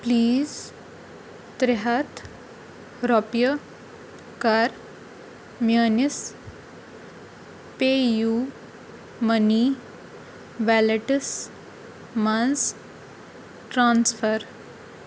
please ترٛےٚ ہَتھ رۄپیہِ کَر میٛٲنِس پے یوٗ مٔنی ویلٮ۪ٹَس منٛز ٹرٛانٕسفَر